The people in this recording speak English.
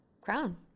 crown